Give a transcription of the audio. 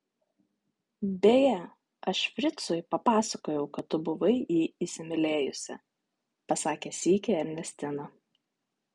beje aš fricui papasakojau kad tu buvai jį įsimylėjusi pasakė sykį ernestina